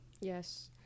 Yes